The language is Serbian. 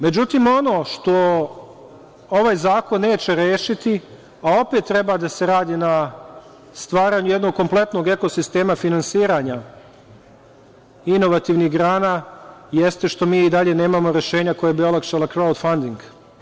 Međutim, ono što ovaj zakon neće rešiti, a opet treba da se radi na stvaranju jednog kompletnog ekosistema finansiranja inovativnih grana, jeste što mi i dalje nemamo rešenja koja bi olakšala krautfunding.